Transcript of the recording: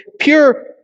pure